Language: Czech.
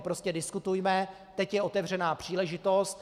Prostě diskutujme, teď je otevřená příležitost.